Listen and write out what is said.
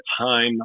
time